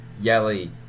yelly